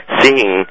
seeing